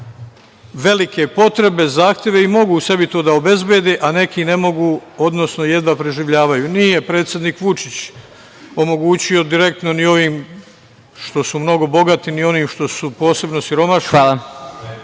velike potrebe, zahteve i mogu sebi to da obezbede, a neki ne mogu, odnosno jedna preživljavaju. Nije predsednik Vučić omogućio direktno ni ovim što su mnogo bogati, ni onim što su posebno siromašni…